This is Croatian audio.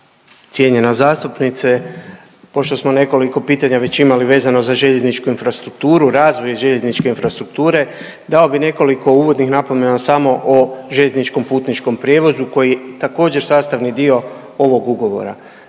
Cijenjena zastupnice, pošto smo nekoliko pitanja već imali vezano za željezničku infrastrukturu, razvoj željezničke infrastrukture, dao bih nekoliko uvodnih napomena samo o željezničkom putničkom prijevozu koji također, sastavni dio ovog Ugovora.